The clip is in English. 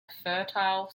fertile